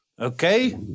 okay